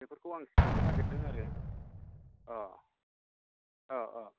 बेफोरखौ आं सोंनो नागिरदों आरो अ अ अ